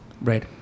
Right